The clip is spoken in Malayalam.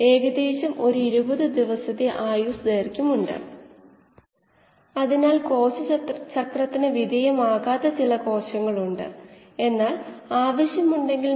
നാം ആ സമയത്തെ ഒട്ടും നോക്കുന്നില്ല അവ ആരംഭ അവസ്ഥകളാണ് അവിടെ അസ്ഥിരമായ അവസ്ഥയും അടച്ചുപൂട്ടൽ വ്യവസ്ഥകളും ഉണ്ടാകും